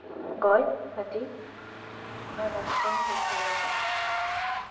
ᱜᱚᱡ ᱟᱹᱰᱤ ᱟᱱᱟᱴ ᱵᱚᱱ ᱵᱩᱡᱷᱟᱹᱣ ᱮᱫᱟ